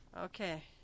Okay